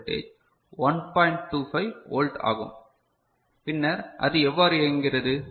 25 volt ஆகும் பின்னர் அது எவ்வாறு இயங்குகிறது